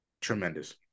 tremendous